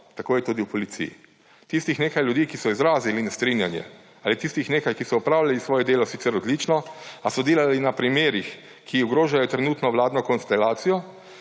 Tako je tudi v policiji. Tistih nekaj ljudi, ki so izrazili nestrinjanje, ali tistih nekaj, ki so opravljali svoje delo sicer odlično, a so delali na primerih, ki ogrožajo trenutno vladno konstelacijo,